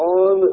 on